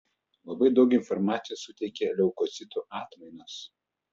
labai daug informacijos suteikia leukocitų atmainos